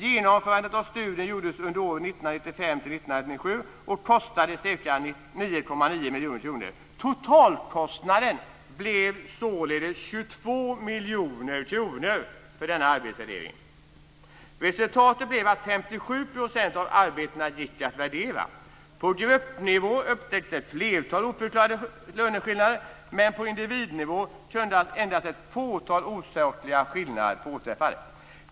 Genomförandet av studien gjordes under åren 1995-1997, och kostade ca miljoner kronor för denna arbetsvärdering! Resultatet blev att 57 % av arbetena gick att värdera. På gruppnivå upptäcktes ett flertal oförklarliga löneskillnader, men på individnivå kunde endast ett fåtal osakliga skillnader påträffas.